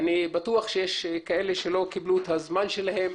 אני בטוח שיש כאלה שלא קיבלו את הזמן שלהם,